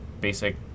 basic